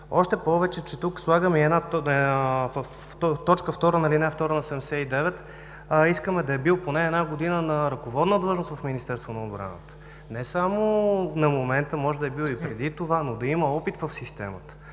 Още повече, че в т. 2 на ал. 2, на чл. 79 искаме да е бил поне една година на ръководна длъжност в Министерство на отбраната – не само на момента, може да е бил е преди това, но да има опит в системата.